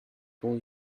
four